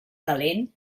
calent